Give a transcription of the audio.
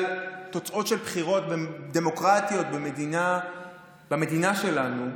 תוצאות של בחירות דמוקרטיות במדינה שלנו,